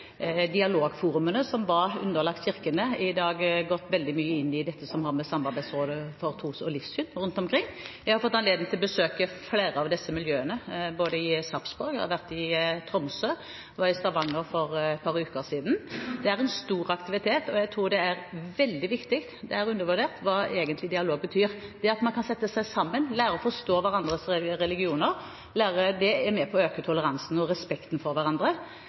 dialogforumene som var underlagt kirkene, er i dag gått veldig mye inn i dette som har å gjøre med Samarbeidsrådet for tros- og livssynssamfunn rundt omkring. Jeg har fått anledning til å besøke flere av disse miljøene, jeg har vært i Sarpsborg, jeg har vært i Tromsø, og jeg var i Stavanger for et par uker siden. Det er en stor aktivitet, og jeg tror det er veldig viktig. Det er undervurdert hva dialog egentlig betyr. Det at man kan sette seg sammen, lære å forstå hverandres religioner, er med på å øke toleransen og respekten for hverandre,